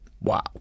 Wow